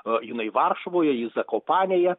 a jinai varšuvoje ji zakopanėje